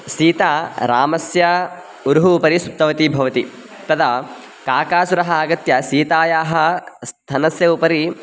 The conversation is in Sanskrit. सीता रामस्य ऊरुः उपरि सुप्तवती भवति तदा काकासुरः आगत्य सीतायाः स्थनस्य उपरि